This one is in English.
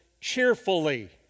cheerfully